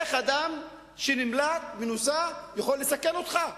איך אדם שנמלט, במנוסה, יכול לסכן אותך?